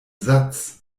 satz